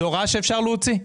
זו הוראה שאפשר להוציא.